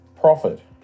profit